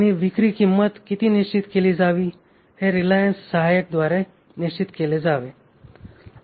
आणि विक्री किंमत किती निश्चित केली जावी हे रिलायन्स सहायक द्वारे निश्चित केले जावे